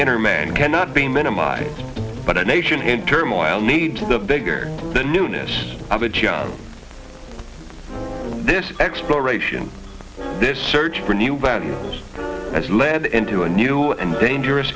inner man cannot be minimized but a nation in turmoil needs the bigger the newness of a job this exploration this search for a new band as lead into a new and dangerous